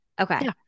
Okay